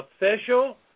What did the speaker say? official